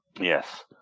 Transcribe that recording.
Yes